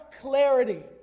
clarity